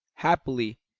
happily,